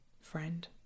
Friend